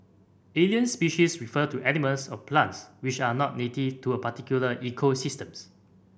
alien species refer to animals or plants which are not native to a particular ecosystems